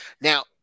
Now